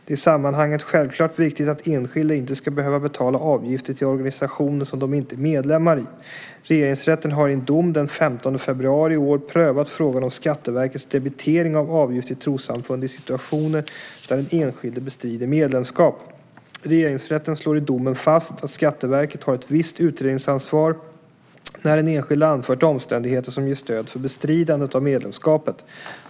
Det är i sammanhanget självklart viktigt att enskilda inte ska behöva betala avgifter till organisationer som de inte är medlemmar i. Regeringsrätten har i en dom den 15 februari i år prövat frågan om Skatteverkets debitering av avgift till trossamfund i situationer när den enskilde bestrider medlemskap. Regeringsrätten slår i domen fast att Skatteverket har ett visst utredningsansvar när den enskilde anfört omständigheter som ger stöd för bestridandet av medlemskapet.